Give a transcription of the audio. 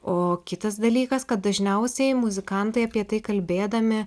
o kitas dalykas kad dažniausiai muzikantai apie tai kalbėdami